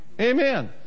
Amen